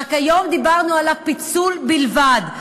היום דיברנו על הפיצול בלבד,